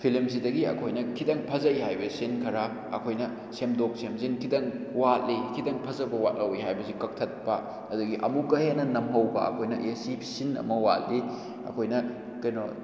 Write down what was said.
ꯐꯤꯂꯝꯁꯤꯗꯒꯤ ꯑꯩꯈꯣꯏꯅ ꯈꯤꯇꯪ ꯐꯖꯩ ꯍꯥꯏꯕ ꯁꯤꯟ ꯈꯔ ꯑꯩꯈꯣꯏꯅ ꯁꯦꯝꯗꯣꯛ ꯁꯦꯝꯖꯤꯟ ꯈꯤꯇꯪ ꯋꯥꯠꯂꯤ ꯈꯤꯇꯪ ꯐꯖꯕ ꯋꯥꯠꯍꯧꯏ ꯍꯥꯏꯕꯁꯤ ꯀꯛꯊꯠꯄ ꯑꯗꯒꯤ ꯑꯃꯨꯛꯀ ꯍꯦꯟꯅ ꯅꯝꯍꯧꯕ ꯑꯩꯈꯣꯏꯅ ꯑꯦ ꯁꯤ ꯁꯤꯟ ꯑꯃ ꯋꯥꯠꯂꯤ ꯑꯩꯈꯣꯏꯅ ꯀꯩꯅꯣ